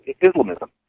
Islamism